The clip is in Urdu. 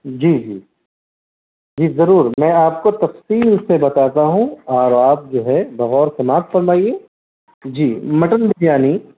جی جی جی ضرور میں آپ کو تفصیل سے بتاتا ہوں اور آپ جو ہے بغور سمات فروائیے جی مٹن بریانی